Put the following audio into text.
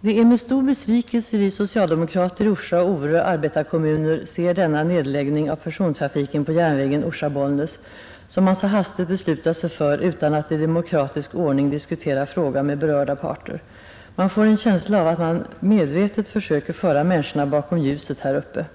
”Det är med stor besvikelse vi socialdemokrater i Orsa och Ore arbetarekommuner ser denna nedläggning av persontrafiken på järnvägen Orsa-Bollnäs, som man så hastigt beslutat sig för utan att i demokratisk ordning diskutera frågan med berörda parter. Man får en känsla av att man medvetet försöker föra människorna bakom ljuset här uppe.